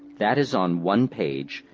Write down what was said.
that is on one page,